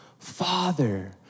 Father